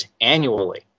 annually